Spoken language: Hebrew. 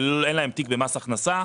אין להם תיק במס הכנסה.